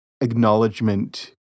acknowledgement